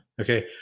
Okay